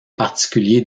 particulier